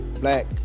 black